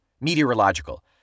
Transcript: meteorological